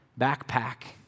backpack